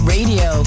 Radio